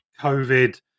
COVID